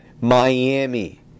Miami